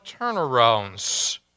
turnarounds